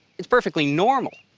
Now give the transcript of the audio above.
it's perfectly normal.